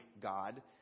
God